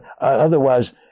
otherwise